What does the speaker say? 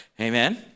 Amen